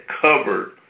covered